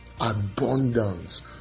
abundance